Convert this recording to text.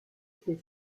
this